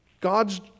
God's